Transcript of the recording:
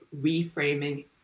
reframing